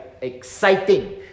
exciting